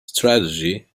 strategy